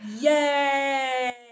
Yay